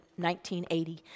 1980